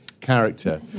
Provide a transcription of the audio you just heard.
character